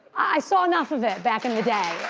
i saw enough of it back in the day.